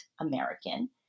American